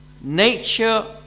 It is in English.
nature